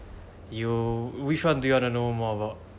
you which one do you want to know more about